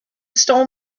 stole